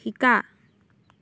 শিকা